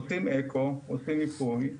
עושים אקו, עושים מיפוי.